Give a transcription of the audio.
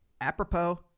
apropos